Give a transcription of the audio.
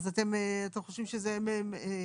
אז אתם חושבים שזה פוגע?